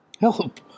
Help